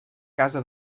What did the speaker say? casa